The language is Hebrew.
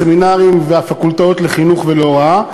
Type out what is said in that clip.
הסמינרים והפקולטות לחינוך ולהוראה,